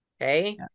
Okay